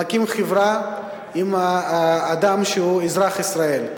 מקים חברה עם אדם שהוא אזרח ישראל,